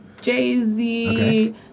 Jay-Z